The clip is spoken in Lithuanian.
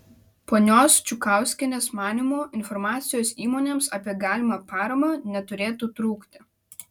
ponios čukauskienės manymu informacijos įmonėms apie galimą paramą neturėtų trūkti